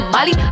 Molly